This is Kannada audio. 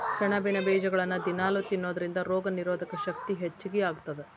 ಸೆಣಬಿನ ಬೇಜಗಳನ್ನ ದಿನಾಲೂ ತಿನ್ನೋದರಿಂದ ರೋಗನಿರೋಧಕ ಶಕ್ತಿ ಹೆಚ್ಚಗಿ ಆಗತ್ತದ